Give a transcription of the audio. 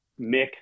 Mick